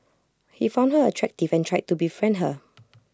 he found her attractive and tried to befriend her